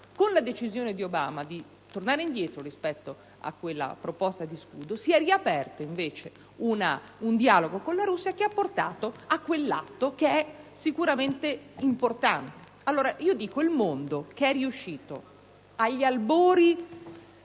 Con la decisione di Obama di tornare indietro rispetto a quella proposta di scudo, si è riaperto invece un dialogo con la Russia, che ha portato a quell'atto, sicuramente importante. Il mondo, che era riuscito, nei